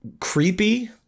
creepy